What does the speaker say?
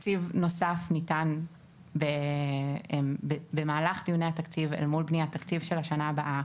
תקציב נוסף ניתן במהלך דיוני התקציב אל מול בניית תקציב של השנה הבאה.